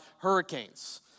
hurricanes